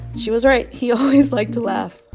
she was right. he always liked to laugh.